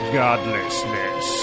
godlessness